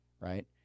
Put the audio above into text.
Right